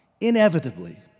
inevitably